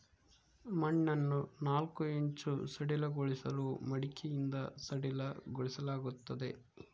ಮಣ್ಣನ್ನು ನಾಲ್ಕು ಇಂಚು ಸಡಿಲಗೊಳಿಸಲು ಮಡಿಕೆಯಿಂದ ಸಡಿಲಗೊಳಿಸಲಾಗ್ತದೆ